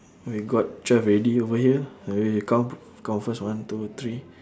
we got twelve already over here eh we count count first one two three